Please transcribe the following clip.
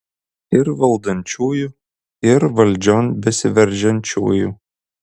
ir valdančiųjų ir valdžion besiveržiančiųjų